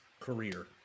career